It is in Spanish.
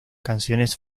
canciones